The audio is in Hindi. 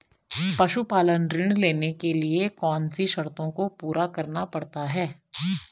पशुपालन ऋण लेने के लिए कौन सी शर्तों को पूरा करना पड़ता है?